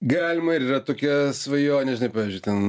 galima ir yra tokia svajonė žinai pavyzdžiui ten